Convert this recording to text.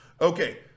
Okay